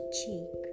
cheek